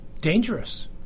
dangerous